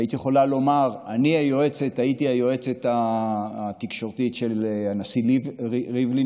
היית יכולה לומר: הייתי היועצת התקשורתית של הנשיא ריבלין,